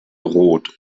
rot